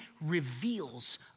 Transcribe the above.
reveals